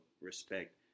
respect